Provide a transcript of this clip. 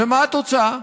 ומה התוצאה?